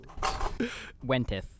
wenteth